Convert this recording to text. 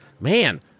Man